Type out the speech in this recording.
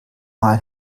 mal